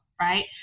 right